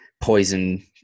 poison